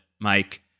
Mike